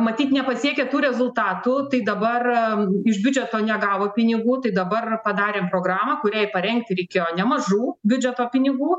matyt nepasiekė tų rezultatų tai dabar iš biudžeto negavo pinigų tai dabar padarėm programą kuriai parengti reikėjo nemažų biudžeto pinigų